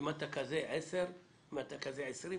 אם אתה כזה "עשר", אם אתה כזה "20".